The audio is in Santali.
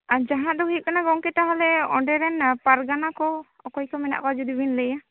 ᱟᱨ ᱡᱟᱦᱟᱸ ᱫᱚ ᱦᱩᱭᱩᱜ ᱠᱟᱱᱟ ᱜᱚᱢᱠᱮ ᱛᱟᱦᱚᱞᱮ ᱚᱸᱰᱮ ᱨᱮᱱ ᱯᱟᱨᱜᱟᱱᱟ ᱠᱚ ᱚᱠᱚᱭ ᱠᱚ ᱢᱮᱱᱟᱜ ᱠᱚᱣᱟ ᱡᱩᱫᱤ ᱵᱮᱱ ᱞᱟᱹᱭᱟ